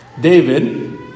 David